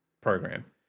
program